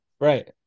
right